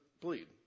bleed